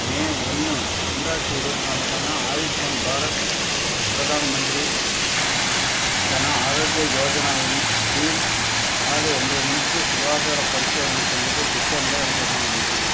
மே ஒன்று ரெண்டாயிரத்தி இருபத்து நாலுக்கான ஆயுஷ்மான் பாரத் பிரதான் மந்திரி ஜன ஆரோக்ய யோஜனாவின் கீழ் காலை ஒம்பது மணிக்குச் சுகாதாரப் பரிசோதனை சந்திப்பைத் திட்டமிட எனக்கு உதவ முடியுமா